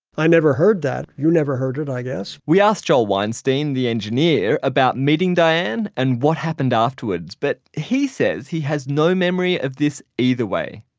i never heard that. you never heard it i guess we asked joel weinstein the engineer about meeting diane and what happened afterward. but he says he has no memory of this either way,